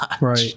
right